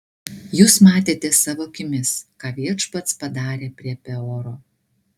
jūs matėte savo akimis ką viešpats padarė prie peoro